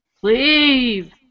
Please